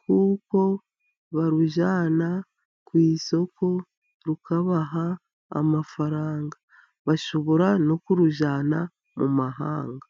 ,kuko barujyana ku isoko rukabaha amafaranga ,bashobora no kurujyana mu mahanga.